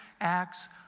acts